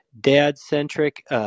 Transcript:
dad-centric